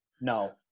No